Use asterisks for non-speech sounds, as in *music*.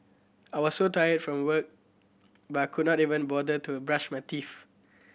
I was so tired from work *unintelligible* could not even bother to brush my teeth